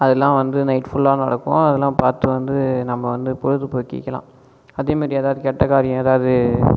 அதுலாம் வந்து நைட் புல்லா நடக்கும் அதுலாம் பார்த்துட்டு வந்து நம்ம வந்து பொழுதுபோக்கிக்கலாம் அதே மாதிரி ஏதாவது கெட்டகாரியம் ஏதாவது